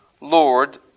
lord